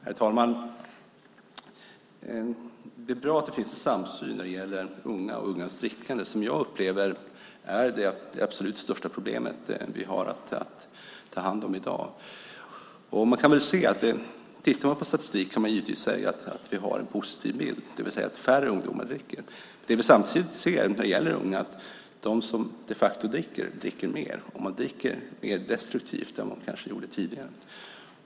Herr talman! Det är bra att det finns en samsyn när det gäller ungas drickande. Jag upplever att det är det absolut största problemet vi har att ta hand om i dag. Tittar man på statistiken kan man givetvis säga att vi har en positiv bild, det vill säga att färre ungdomar dricker. Men samtidigt ser vi att de som de facto dricker dricker mer, och man dricker mer destruktivt än man gjorde tidigare.